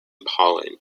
pollen